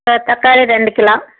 தக்காளி ரெண்டு கிலோ